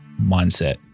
mindset